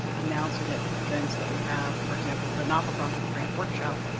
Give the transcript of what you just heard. announce it at events that we have, for example, the not-for-profit grant workshop,